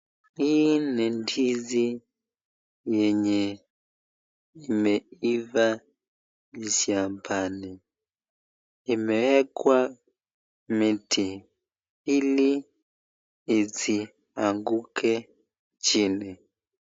Hii ni ndizi yenye imeiva shambani, imeekwa miti ili isianguke chini.